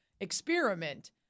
experiment